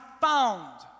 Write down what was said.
found